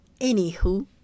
Anywho